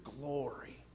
glory